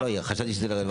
לא, לא, חשבתי שזה רלוונטי.